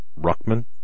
Ruckman